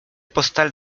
postal